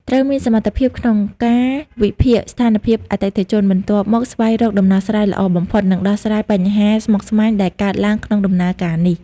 ត្រូវមានសមត្ថភាពក្នុងកាវិភាគស្ថានភាពអតិថិជន បន្ទាប់មកស្វែងរកដំណោះស្រាយល្អបំផុត និងដោះស្រាយបញ្ហាស្មុគស្មាញដែលកើតឡើងក្នុងដំណើរការនេះ។